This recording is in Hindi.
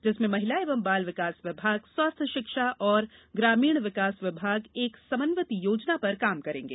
जिसमें महिला एवं बाल विकास विभाग स्वास्थ्य शिक्षा और ग्रामीण विकास विभाग एक समन्वित योजना पर काम करेंगे